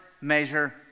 measure